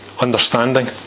understanding